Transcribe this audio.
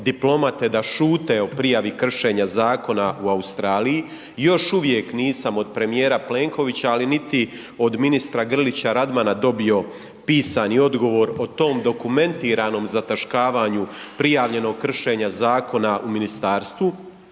diplomate da šute o prijavi kršenje zakona o u Australiji. Još uvijek nisam od premijera Plenkovića, ali niti od ministra Grlića Radmana dobio pisani odgovor o tom dokumentiranom zataškavanju prijavljenog kršenja zakona u ministarstvo.